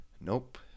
Nope